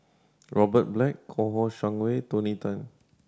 Robert Black Kouo Shang Wei Tony Tan